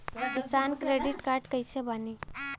किसान credit card कइसे बानी?